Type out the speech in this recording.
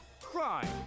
crime